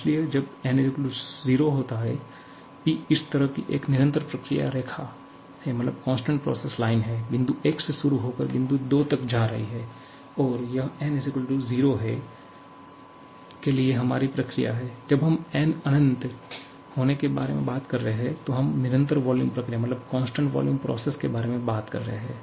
इसलिए जब n 0होता है Pइस तरह की एक निरंतर प्रक्रिया रेखा है बिंदु 1 से शुरू होकर बिंदु 2 तक जा रही है और यह n 0 है के लिए हमारी प्रक्रिया है जब हम n अनंत होने के बारे में बात कर रहे हैं तो हम निरंतर वॉल्यूम प्रक्रिया के बारे में बात कर रहे है